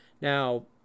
Now